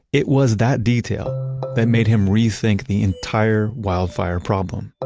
it was that detail that made him rethink the entire wildfire problem.